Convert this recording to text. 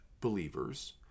believers